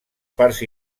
parts